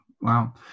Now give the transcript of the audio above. Wow